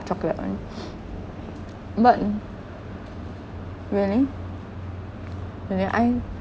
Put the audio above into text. chocolate [one] but um really really I